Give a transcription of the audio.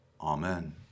Amen